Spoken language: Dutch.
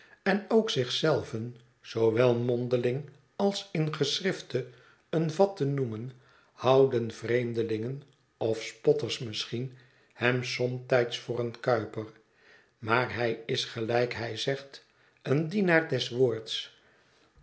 en ook zich zelven zoowel mondeling als in geschrifte een vat te noemen houden vreemdelingen of spotters misschien hem somtijds voor een kuiper maar hij is gelijk hij zegt een dienaar des woords